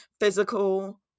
physical